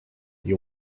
you